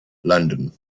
london